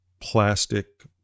plastic